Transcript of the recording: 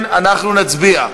אנחנו נצביע.